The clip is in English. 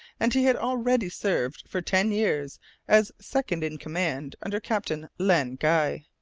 and he had already served for ten years as second in command under captain len guy.